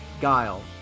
guile